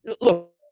Look